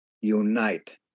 Unite